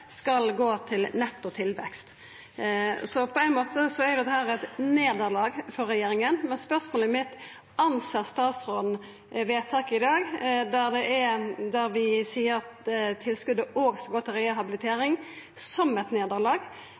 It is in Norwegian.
skal gå til netto tilvekst. Så på ein måte er jo dette eit nederlag for regjeringa. Men spørsmålet mitt er: Ser statsråden vedtaket i dag, der vi seier at tilskotet òg skal gå til rehabilitering, som eit nederlag,